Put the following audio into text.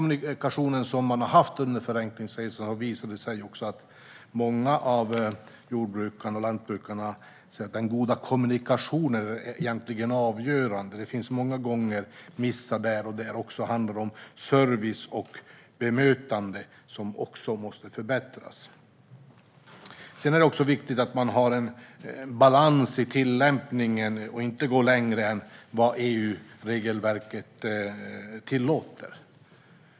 Under Förenklingsresan har det visat sig att många lantbrukare anser att en god kommunikation är avgörande. Det finns många gånger missar där. Service och bemötande måste också förbättras. Det är viktigt att ha en balans i tillämpningen och inte gå längre än vad EU-regelverket tillåter.